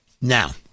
Now